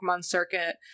circuit